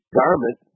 garment